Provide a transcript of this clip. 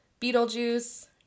Beetlejuice